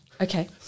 Okay